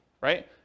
right